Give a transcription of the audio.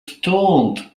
stoned